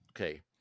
okay